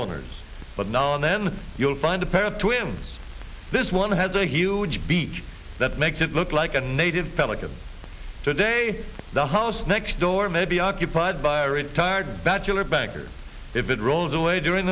owners but now and then you'll find a pair of twins this one has a huge beach that makes it look like a native pelican today the house next door may be occupied by a retired bachelor banker if it rolls away during